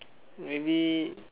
maybe